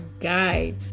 guide